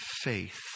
faith